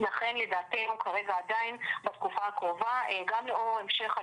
לכן לדעתנו כרגע עדיין בתקופה הקרובה גם לאור המשך